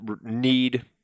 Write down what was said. need